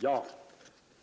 det.